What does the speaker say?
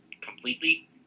completely